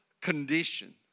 condition